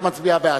את מצביעה בעד,